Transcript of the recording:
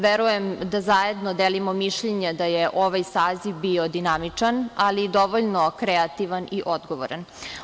Verujem da zajedno delimo mišljenja da je ovaj saziv bio dinamičan, ali i dovoljno kreativan i odgovoran.